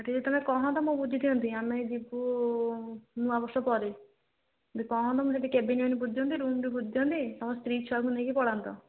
ଯଦି ତୁମେ କୁହନ୍ତ ମୁଁ ବୁଝିଦିଅନ୍ତି ଆମେ ଯିବୁ ନୂଆ ବର୍ଷ ପରେ ଯଦି କହନ୍ତ ମୁଁ ସେଠି କେବିନ ବୁଝିଦିଅନ୍ତି ରୁମ୍ ବି ବୁଝିଦିଅନ୍ତି ତୁମ ସ୍ତ୍ରୀ ଛୁଆକୁ ନେଇକି ପଳାନ୍ତ